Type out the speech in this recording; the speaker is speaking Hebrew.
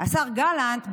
השר גלנט,